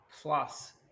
plus